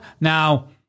Now